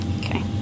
Okay